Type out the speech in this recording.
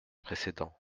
précédent